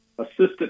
assistant –